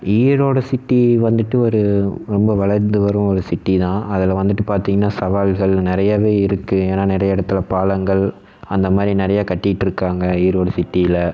Erode city வந்துட்டு ஒரு ரொம்ப வளர்ந்து வரும் ஒரு சிட்டி தான் அதில் வந்துட்டு பார்த்தீங்னா சவால்கள் நிறையாவே இருக்குது ஏன்னால் நிறையா இடத்துல பாலங்கள் அந்த மாதிரி நிறையா கட்டிகிட்ருக்காங்க ஈரோடு சிட்டியில்